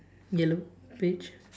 yellow beige